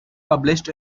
published